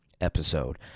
episode